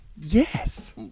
Yes